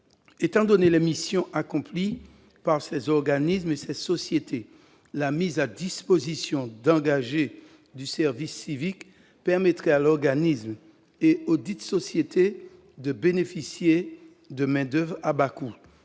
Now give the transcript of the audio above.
étant donné les missions accomplies par ces organismes et ces sociétés, la mise à disposition d'engagés du service civique permettrait à l'organisme et auxdites sociétés de bénéficier d'une main-d'oeuvre à bas coût.